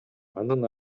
анын